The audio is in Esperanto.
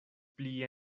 pli